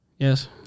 Yes